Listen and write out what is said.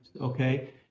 okay